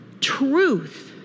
Truth